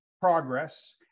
progress